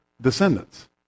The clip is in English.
descendants